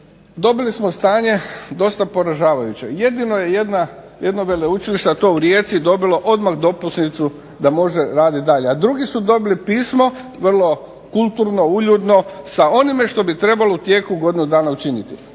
dobili smo stanje dobra poražavajuće. Jedino je jedno veleučilište, a to u Rijeci dobilo odmah dopusnicu da može raditi dalje, a drugi su dobili pismo, vrlo kulturno, uljudno, sa onime što bi trebali u tijeku godine dana učiniti.